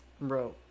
Bro